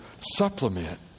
supplement